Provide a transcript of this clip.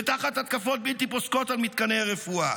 ותחת התקפות בלתי פוסקות על מתקני רפואה.